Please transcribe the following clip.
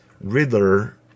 Riddler